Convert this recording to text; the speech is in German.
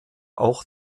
auch